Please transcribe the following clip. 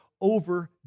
over